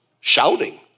shouting